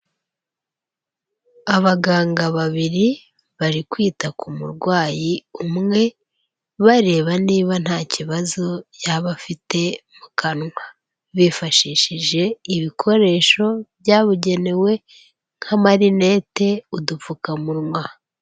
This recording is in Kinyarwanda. Abaganga babiri bari kwita ku murwayi umwe bareba niba nta kibazo yaba afite mu kanwa, bifashishije ibikoresho byabugenewe nk'amarinete, udupfukamunwa.